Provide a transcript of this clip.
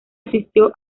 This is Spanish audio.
asistió